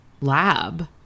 lab